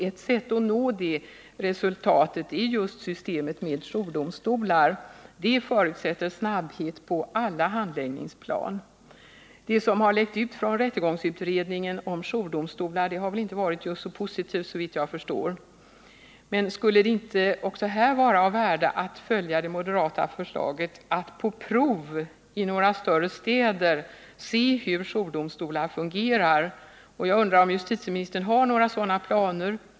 Ett sätt att nå det resultatet är just systemet med jourdomstolar, som förutsätter snabbhet på alla handläggningsstadier. Det som har läckt ut från rättegångsutredningen om jourdomstolar har, såvitt jag förstår, inte varit så positivt. Skulle det inte också härvidlag vara av värde att följa det moderata förslaget, att på prov i några större städer se hur jourdomstolar fungerar? Jag undrar om justitieministern har några sådana planer.